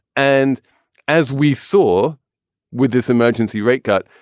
and as we saw with this emergency rate cut,